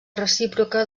recíproca